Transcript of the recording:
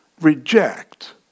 reject